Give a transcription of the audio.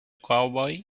cowboy